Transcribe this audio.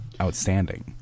outstanding